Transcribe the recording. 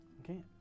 Okay